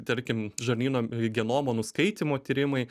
tarkim žarnyno genomo nuskaitymo tyrimai